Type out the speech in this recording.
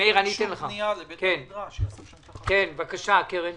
אני מברכת על הדיון הזה.